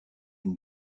une